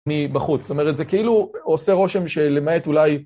מבחוץ, זאת אומרת זה כאילו עושה רושם שלמעט אולי...